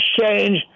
change